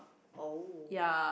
oh